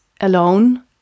alone